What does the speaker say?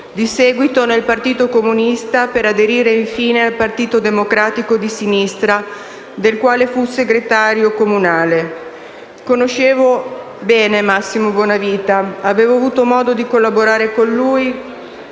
di seguito nel Partito Comunista per aderire infine al Partito Democratico di Sinistra del quale fu segretario comunale. Conoscevo bene Massimo Bonavita, e avevo avuto modo di collaborare con lui